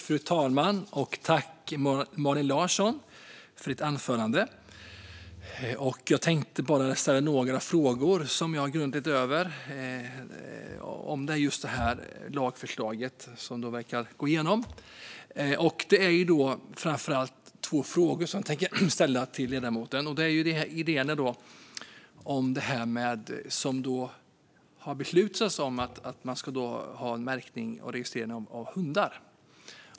Fru talman! Tack, Malin Larsson, för ditt anförande! Jag tänkte bara ställa några frågor om just det här lagförslaget, som verkar gå igenom. Det är framför allt två frågor som jag tänker ställa till ledamoten. Den ena handlar om beslutet om att man ska ha märkning och registrering av hundar.